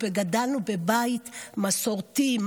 אנחנו גדלנו בבית מסורתי,